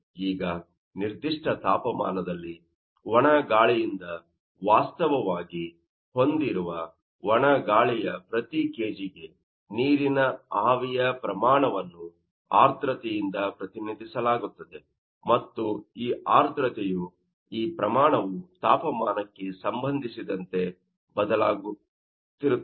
ಈಗ ನಿರ್ದಿಷ್ಟ ತಾಪಮಾನದಲ್ಲಿ ಒಣ ಗಾಳಿಯಿಂದ ವಾಸ್ತವವಾಗಿ ಹೊಂದಿರುವ ಒಣ ಗಾಳಿಯ ಪ್ರತಿ ಕೆಜಿಗೆ ನೀರಿನ ಆವಿಯ ಪ್ರಮಾಣವನ್ನು ಆರ್ದ್ರತೆ ಯಿಂದ ಪ್ರತಿನಿಧಿಸಲಾಗುತ್ತದೆ ಮತ್ತು ಈ ಆರ್ದ್ರತೆಯು ಈ ಪ್ರಮಾಣವು ತಾಪಮಾನಕ್ಕೆ ಸಂಬಂಧಿಸಿದಂತೆ ಬದಲಾಗುತ್ತಿರುತ್ತದೆ